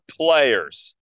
players